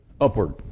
upward